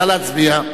נא להצביע.